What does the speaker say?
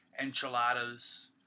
enchiladas